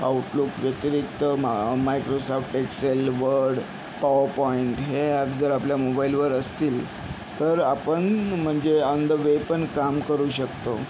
outlook व्यतिरिक्त मा Microsoft Excel Word PowerPoint हे ॲप्स जर आपल्या मोबाईलवर असतील तर आपण म्हणजे ऑन द वे पण काम करू शकतो